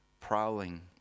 prowling